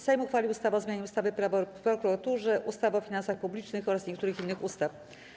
Sejm uchwalił ustawę o zmianie ustawy - Prawo o prokuraturze, ustawy o finansach publicznych oraz niektórych innych ustaw.